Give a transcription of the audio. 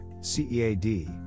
CEAD